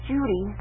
Judy